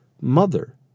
mother